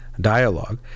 dialogue